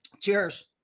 cheers